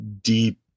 deep